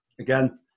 Again